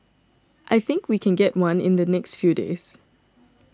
I think we can get one in the next few days